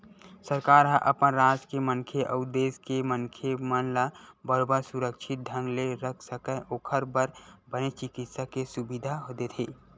सरकार ह अपन राज के मनखे अउ देस के मनखे मन ला बरोबर सुरक्छित ढंग ले रख सकय ओखर बर बने चिकित्सा के सुबिधा देथे